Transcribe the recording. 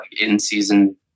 in-season